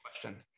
question